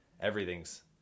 Everything's